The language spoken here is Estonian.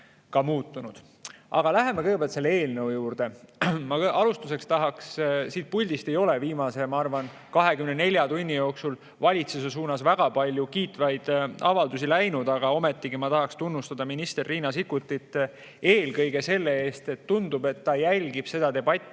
Aga läheme kõigepealt selle eelnõu juurde. Alustuseks, siit puldist ei ole viimase, ma arvan, 24 tunni jooksul valitsuse suunas väga palju kiitvaid avaldusi [tehtud], aga ometigi ma tahaksin tunnustada minister Riina Sikkutit eelkõige selle eest, et tundub, et ta jälgib seda debatti,